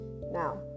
now